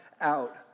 out